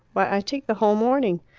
why, i take the whole morning!